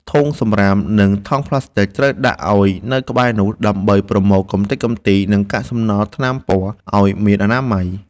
ធុងសម្រាម និងថង់ប្លាស្ទិក ត្រូវដាក់ឱ្យនៅក្បែរនោះ ដើម្បីប្រមូលកម្ទេចកម្ទី និងកាកសំណល់ថ្នាំពណ៌ឱ្យមានអនាម័យ។